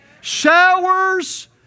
Showers